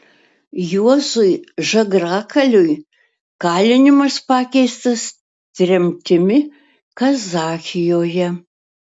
juozui žagrakaliui kalinimas pakeistas tremtimi kazachijoje